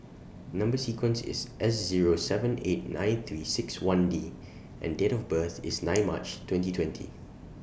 Number sequence IS S Zero seven eight nine three six one D and Date of birth IS nine March twenty twenty